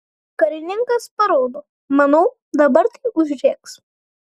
karininkas paraudo manau dabar tai užrėks